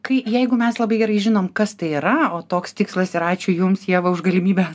kai jeigu mes labai gerai žinom kas tai yra o toks tikslas ir ačiū jums ieva už galimybę